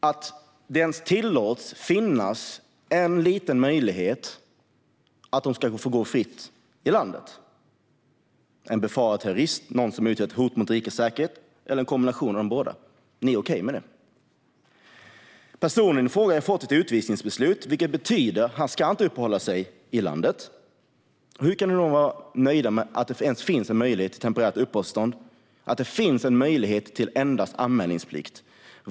Att låta en möjlig terrorist eller någon som utgör ett hot mot rikets säkerhet eller någon som är en kombination av de båda få en möjlighet att röra sig fritt i landet är okej med er. När en person har fått ett utvisningsbeslut ska denne inte uppehålla sig i landet. Hur kan ni då vara nöjda med att det finns en möjlighet till temporärt uppehållstillstånd med endast anmälningsplikt?